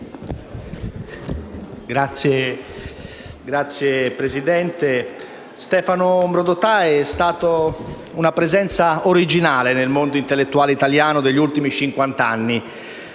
Stefano Rodotà è stato una presenza originale nel mondo intellettuale italiano degli ultimi cinquant'anni,